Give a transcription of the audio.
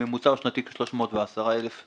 הממוצע השנתי הוא כ-310 אלף זכאים.